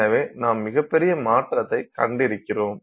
எனவே நாம் மிகப் பெரிய மாற்றத்தைக் கண்டிருக்கிறோம்